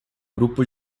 grupo